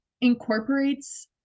incorporates